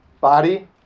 body